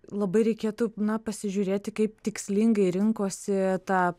labai reikėtų na pasižiūrėti kaip tikslingai rinkosi tą